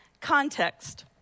Context